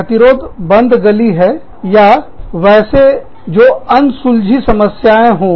गतिरोध बंद गली है या वैसे जो अनसुलझी समस्या हों